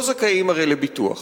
לא זכאים הרי לביטוח